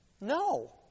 No